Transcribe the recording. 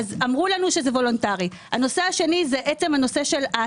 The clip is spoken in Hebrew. אמרו לנו שזה וולונטרי.